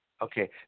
Okay